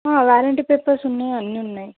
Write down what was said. warranty papers ఉన్నాయి అన్ని ఉన్నాయి